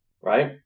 right